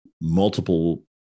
multiple